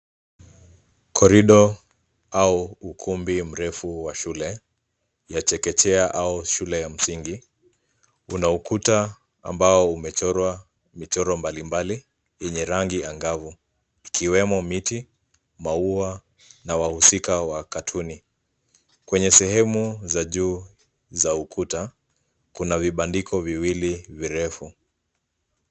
Korido au ukumbu mrefu wa shule ya chekechea au shule ya msingi una ukuta ambao umechorwa michoro mbalimbali yenye rangi angavu ikiwemo miti, maua, na wahusika wa katuni. Kwenye sehemu za juu za ukuta kuna vibandiko viwili virefu.